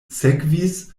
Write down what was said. sekvis